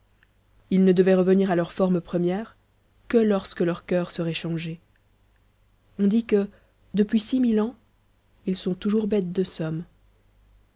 ils ne devaient revenir à leur forme première que lorsque leur coeur serait changé on dit que depuis six mille ans ils sont toujours bêtes de somme